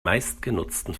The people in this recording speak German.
meistgenutzten